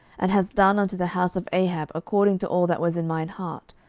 and hast done unto the house of ahab according to all that was in mine heart,